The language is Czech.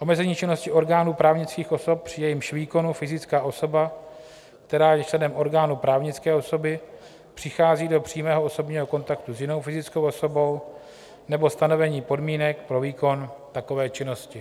Omezení činnosti orgánů právnických osob, při jejímž výkonu fyzická osoba, která je členem orgánu právnické osoby, přichází do přímého osobního kontaktu s jinou fyzickou osobou, nebo stanovení podmínek pro výkon takové činnosti.